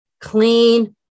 Clean